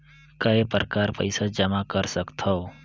काय प्रकार पईसा जमा कर सकथव?